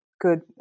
good